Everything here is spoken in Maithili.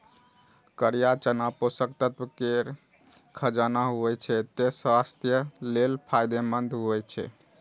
करिया चना पोषक तत्व केर खजाना होइ छै, तें स्वास्थ्य लेल फायदेमंद होइ छै